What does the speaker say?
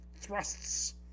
thrusts